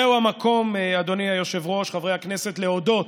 זהו המקום, אדוני היושב-ראש, חברי הכנסת, להודות